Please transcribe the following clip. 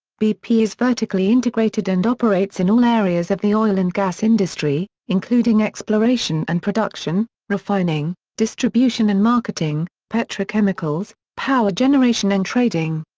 bp is vertically integrated and operates in all areas of the oil and gas industry, including exploration and production, refining, distribution and marketing, petrochemicals, power generation and trading.